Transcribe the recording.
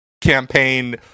campaign